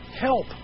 help